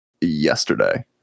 yesterday